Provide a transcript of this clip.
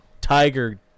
tiger